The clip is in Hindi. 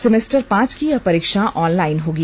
सेमेस्टर पांच की यह परीक्षा ऑनलाइन होगी